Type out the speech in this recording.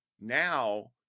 now